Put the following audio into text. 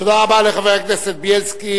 תודה רבה לחבר הכנסת בילסקי.